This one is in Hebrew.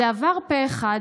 זה עבר פה אחד,